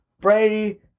Brady